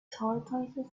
tortoises